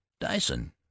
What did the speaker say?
Dyson